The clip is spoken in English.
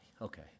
okay